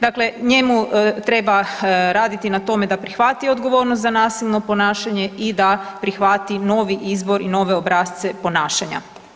Dakle, njemu treba raditi na tome da prihvati odgovornost za nasilno ponašanje i da prihvati novi izbor i nove obrasce ponašanja.